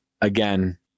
again